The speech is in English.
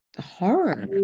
horror